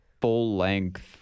full-length